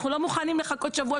אנחנו לא מוכנים לחכות שבוע,